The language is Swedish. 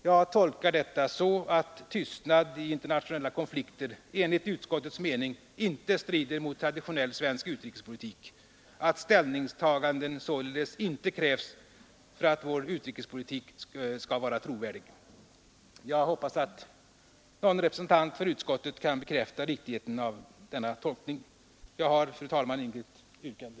Jag tolkar detta så att tystnad i internationella konflikter enligt utskottets mening inte strider mot traditionell svensk neutralitetspolitik, att ställningstaganden således inte krävs för att vår neutralitetspolitik skall vara trovärdig. Jag hoppas att någon representant för utskottet kan bekräfta riktigheten av denna tolkning. Jag har, fru talman, inget yrkande.